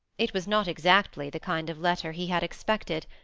it was not exactly the kind of letter he had expected,